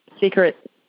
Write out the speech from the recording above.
secret